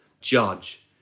judge